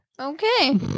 Okay